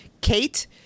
Kate